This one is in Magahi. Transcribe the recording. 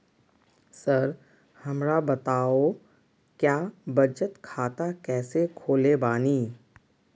सर हमरा बताओ क्या बचत खाता कैसे खोले बानी?